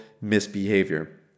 misbehavior